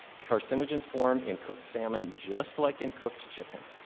carcinogens form in cooked salmon just like in cooked chicken.